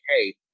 hey